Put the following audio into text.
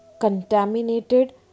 contaminated